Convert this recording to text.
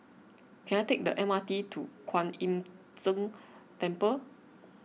can I take the M R T to Kwan Im Tng Temple